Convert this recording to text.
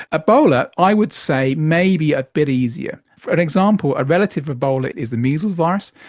ebola i would say maybe a bit easier. for an example, a relative of ebola is the measles virus,